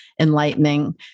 enlightening